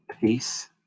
peace